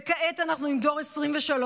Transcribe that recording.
וכעת אנחנו עם דור 2023,